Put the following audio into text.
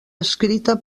escrita